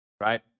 right